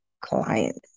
clients